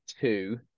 two